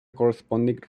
corresponding